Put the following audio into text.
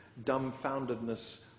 dumbfoundedness